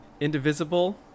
Indivisible